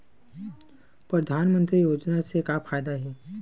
परधानमंतरी योजना से का फ़ायदा हे?